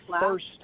first